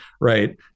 right